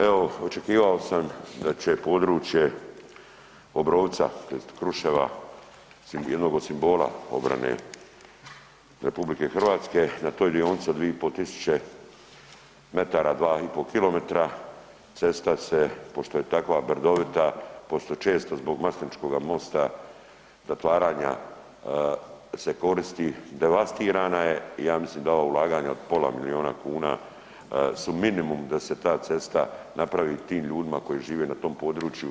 Evo očekivao sam da će područje Obrovca tj. Kruševa jednog od simbola obrane RH na toj dionici od 2.500 m, 2,5 km cesta se pošto je takva brdovita, pošto je često zbog Masleničkog mosta zatvaranja se koristi devastirana je i ja mislim da ovo ulaganje od pola milijuna kuna su minimum da se ta cesta napravi tim ljudima koji žive na tom području.